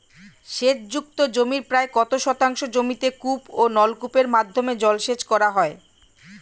সেচ যুক্ত জমির প্রায় কত শতাংশ জমিতে কূপ ও নলকূপের মাধ্যমে জলসেচ করা হয়?